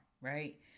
right